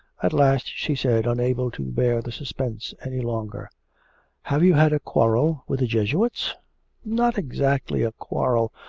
at last she said, unable to bear the suspense any longer have you had a quarrel with the jesuits not exactly a quarrel,